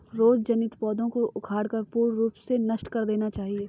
रोग जनित पौधों को उखाड़कर पूर्ण रूप से नष्ट कर देना चाहिये